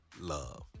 love